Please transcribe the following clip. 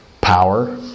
power